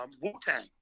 Wu-Tang